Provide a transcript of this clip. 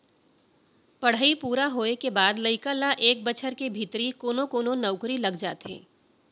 पड़हई पूरा होए के बाद लइका ल एक बछर के भीतरी कोनो कोनो नउकरी लग जाथे